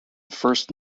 first